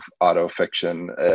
auto-fiction